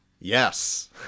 Yes